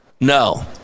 No